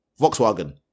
Volkswagen